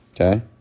okay